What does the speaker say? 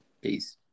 Peace